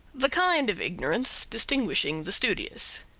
the kind of ignorance distinguishing the studious.